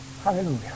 Hallelujah